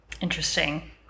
interesting